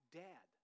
dad